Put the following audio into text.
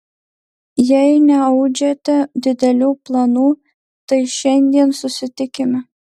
jei neaudžiate didelių planų tai šiandien susitikime